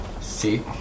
See